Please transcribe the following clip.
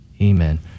amen